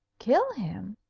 kill him!